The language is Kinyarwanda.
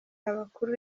abakuru